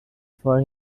for